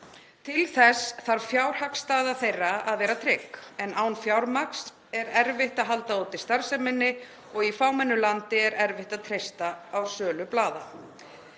Til þess þarf fjárhagsstaða þeirra að vera trygg en án fjármagns er erfitt að halda úti starfseminni og í fámennu landi er erfitt að treysta á sölu blaða.